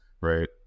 right